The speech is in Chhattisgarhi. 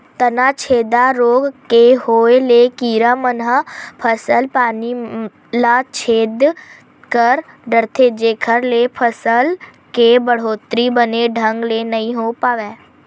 तनाछेदा रोग के होय ले कीरा मन ह फसल पानी मन ल छेदा कर डरथे जेखर ले फसल के बड़होत्तरी बने ढंग ले होय नइ पावय